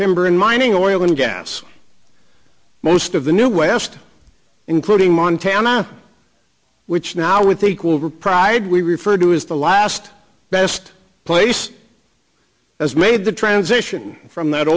timber and mining oil and gas most of the new west including montana which now with equal reprised we refer to as the last best place has made the transition from that